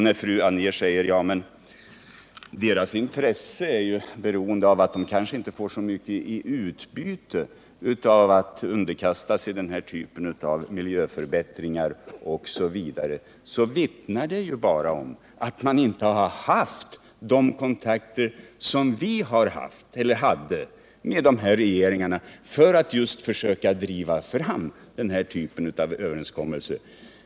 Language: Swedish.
När fru Anér ifrågasätter dessa länders intresse därför att de kanske inte får så mycket i utbyte av att underkasta sig den här typen av miljöförbättringar vittnar det bara om att den nuvarande regeringen inte har haft de kontakter som vi hade med de här regeringarna för att just försöka driva fram denna typ av överenskommelser.